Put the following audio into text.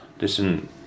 Listen